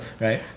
right